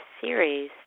series